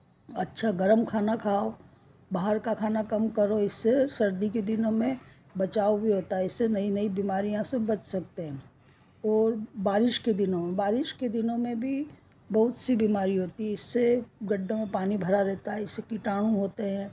अच्छा गर्म खाना खाओ बाहर का खाना कम करो इससे सर्दी के दिनों में बचाव भी होता है इससे नई नई बीमारियों से बच सकते हैं और बारिश के दिनों बारिश के दिनों में भी बहुत सी बीमारी होती है इससे गड्ढ़ों में पानी भरा रहता है इससे कीटाणु होते हैं